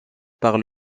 par